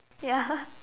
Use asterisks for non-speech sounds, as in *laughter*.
ya *laughs*